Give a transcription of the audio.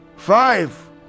Five